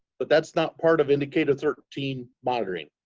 but that's not part of indicator thirteen monitoring.